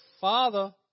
father